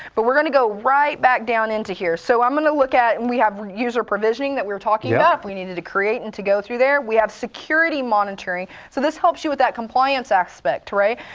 but we're going to go right back down into here, so i'm going to look at, and we have user provisioning, that we were talking about. yeah. if we needed to create and to go through there. we have security monitoring, so this helps you with that compliance aspect, right?